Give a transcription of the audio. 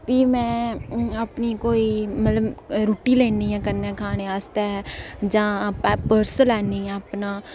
फ्ही में अपनी कोई मतलब रुट्टी लेन्नी ऐ कन्नै खाने आस्तै जां पर्स लेन्नी आं अपना